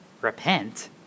Repent